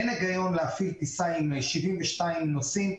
אין היגיון להפעיל טיסה עם 72 נוסעים.